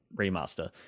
remaster